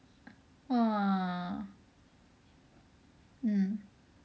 !wah! mm